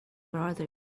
brother